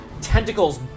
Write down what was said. tentacles